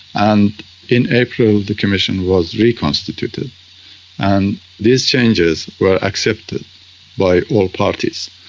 and in april the commission was reconstituted and these changes were accepted by all parties.